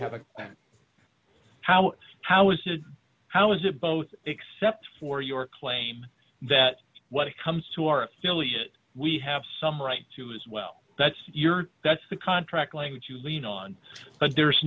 have a how how is it how is it both except for your claim that what it comes to our affiliate we have some right to is well that's your that's the contract language you lean on but there's